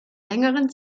längeren